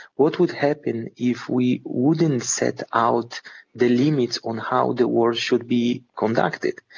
what would happen if we wouldn't set out the limits on how the war should be conducted?